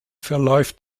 verläuft